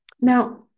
Now